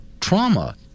trauma